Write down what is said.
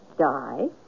die